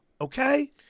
Okay